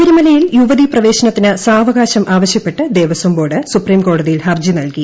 ശബരിമലയിൽ യുവതി പ്രവേശനത്തിന് സാവകാശം ആവശ്യപ്പെട്ട് ദേവസ്വം ബോർഡ് സുപ്രീം കോടതിയിൽ ഹർജി നൽകി